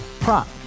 Prop